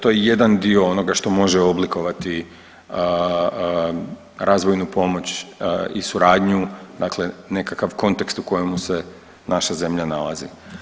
To je, to je jedan dio onoga što može oblikovati razvojnu pomoć i suradnju, dakle nekakav kontekst u kojemu se naša zemlja nalazi.